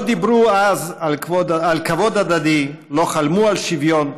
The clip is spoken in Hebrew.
לא דיברו אז על כבוד הדדי, לא חלמו על שוויון.